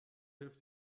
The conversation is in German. hilf